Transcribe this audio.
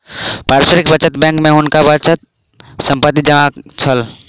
पारस्परिक बचत बैंक में हुनका बहुत संपत्ति जमा छल